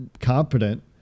competent